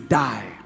die